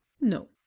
No